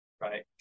right